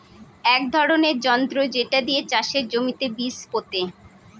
এক ধরনের যন্ত্র যেটা দিয়ে চাষের জমিতে বীজ পোতে